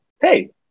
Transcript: Hey